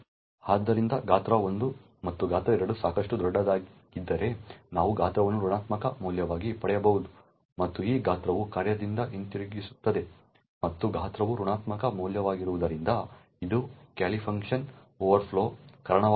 ಆದ್ದರಿಂದ ಗಾತ್ರ 1 ಮತ್ತು ಗಾತ್ರ 2 ಸಾಕಷ್ಟು ದೊಡ್ಡದಾಗಿದ್ದರೆ ನಾವು ಗಾತ್ರವನ್ನು ಋಣಾತ್ಮಕ ಮೌಲ್ಯವಾಗಿ ಪಡೆಯಬಹುದು ಮತ್ತು ಈ ಗಾತ್ರವು ಕಾರ್ಯದಿಂದ ಹಿಂತಿರುಗಿಸುತ್ತದೆ ಮತ್ತು ಗಾತ್ರವು ಋಣಾತ್ಮಕ ಮೌಲ್ಯವಾಗಿರುವುದರಿಂದ ಇದು ಕ್ಯಾಲೀ ಫಂಕ್ಷನ್ನಲ್ಲಿ ಓವರ್ಫ್ಲೋಗೆ ಕಾರಣವಾಗಬಹುದು